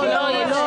לא, לא.